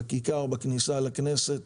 בכיכר בכניסה לכנסת